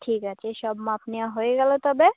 ঠিক আছে সব মাপ নেওয়া হয়ে গেল তবে